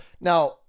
now